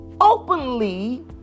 openly